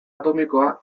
atomikoa